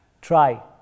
Try